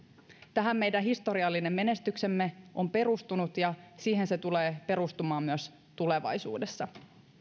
tähän meidän historiallinen menestyksemme on perustunut ja siihen se tulee perustumaan myös tulevaisuudessa